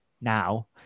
now